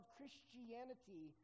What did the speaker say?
Christianity